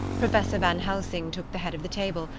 professor van helsing took the head of the table,